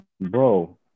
Bro